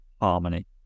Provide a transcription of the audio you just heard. harmony